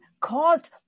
caused